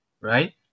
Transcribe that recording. Right